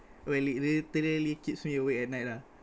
really it literally keeps me awake at night lah